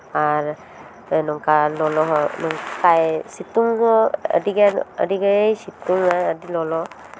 ᱟᱨ ᱱᱚᱝᱠᱟ ᱞᱚᱞᱚ ᱦᱚᱭ ᱵᱟᱭ ᱥᱤᱛᱩᱝ ᱦᱚᱸ ᱟᱹᱰᱤ ᱜᱟᱱ ᱟᱹᱰᱤ ᱜᱮᱭ ᱥᱤᱛᱩᱝᱟ ᱟᱹᱰᱤ ᱞᱚᱞᱚ